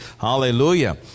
Hallelujah